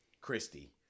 Christy